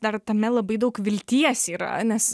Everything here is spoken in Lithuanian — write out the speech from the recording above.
dar tame labai daug vilties yra nes